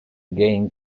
gain